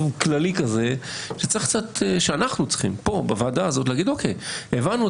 אנחנו בוועדה צריכים להגיד שהבנו,